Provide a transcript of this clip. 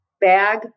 bag